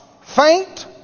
faint